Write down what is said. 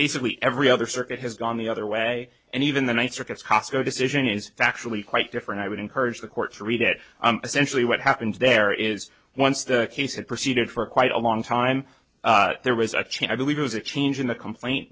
basically every other circuit has gone the other way and even the one circuits cosco decision is actually quite different i would encourage the court to read it essentially what happens there is once the case had proceeded for quite a long time there was a change i believe it was a change in the complaint